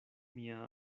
mia